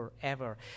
forever